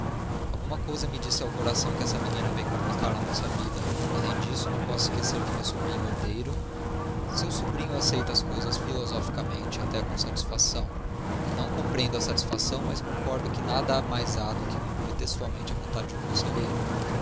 alguma coisa me diz ao coração que essa menina vem complicar a nossa vida além disso não posso esquecer que meu sobrinho herdeiro seu sobrinho aceita as coisas filosoficamente e até com satisfação não compreendo a satisfação mas concordo que nada mais há do que cumprir textualmente a vontade do conselheiro